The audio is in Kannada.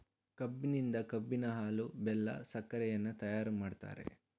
ಕಬ್ಬಿನಿಂದ ಕಬ್ಬಿನ ಹಾಲು, ಬೆಲ್ಲ, ಸಕ್ಕರೆಯನ್ನ ತಯಾರು ಮಾಡ್ತರೆ